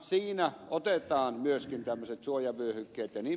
siinä otetaan myöskin tämmöiset suojavyöhykkeet jnp